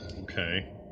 Okay